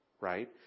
Right